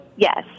Yes